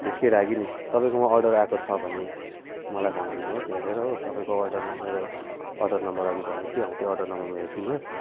त्यसकै लागि नि तपाईँकोमा अडर आएको छ भने मलाई भनिदिनु होस् हेरेर हो तपाईँको अडर नम् मेरो अडर नम्बर अघि भनेको थिएँ हौ त्यो अडर नम्बर हेरिदिनु होस्